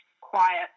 quiet